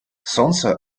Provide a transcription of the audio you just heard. сонце